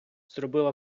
зробила